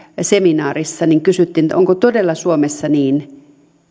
seminaarissa kysyttiin onko todella suomessa niin